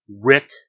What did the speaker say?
Rick